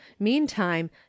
meantime